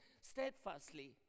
steadfastly